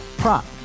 prop